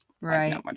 right